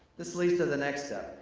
this leads to the next step.